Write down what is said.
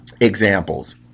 examples